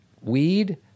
weed